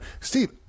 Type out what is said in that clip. Steve